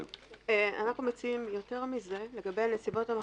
אנחנו מציעים יותר מזה לגבי הנסיבות המחמירות.